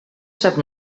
sap